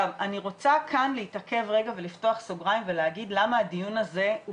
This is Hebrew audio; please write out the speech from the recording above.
אני רוצה כאן להתעכב רגע ולפתוח סוגריים ולהגיד למה הדיון הזה הוא